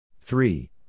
three